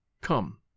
Come